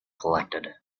collected